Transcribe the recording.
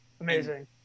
Amazing